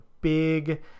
big